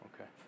okay